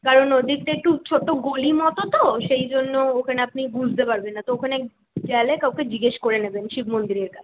কারণ ওদিকটা একটু ছোট্টো গলি মতো তো সেই জন্য ওখানে আপনি বুঝতে পারবেন না তো ওখানে গেলে কাউকে জিজ্ঞেস করে নেবেন শিব মন্দিরের কাছে